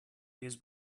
this